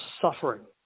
suffering